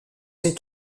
ses